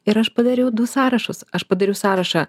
ir aš padariau du sąrašus aš padariau sąrašą